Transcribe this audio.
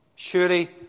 Surely